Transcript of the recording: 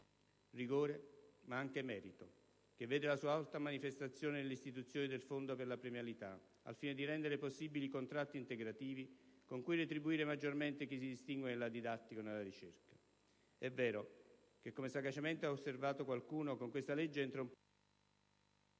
Rigore, ma anche merito, che vede la sua più alta manifestazione nell'istituzione del fondo per la premialità, al fine di rendere possibili contratti integrativi con cui retribuire maggiormente chi si distingua nella didattica o nella ricerca. È vero che, come ha sagacemente osservato qualcuno, con questa legge entra un po' di riforma